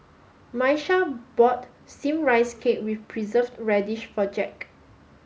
Miesha bought steamed rice cake with preserved radish for Jack